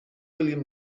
william